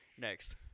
next